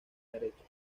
derecha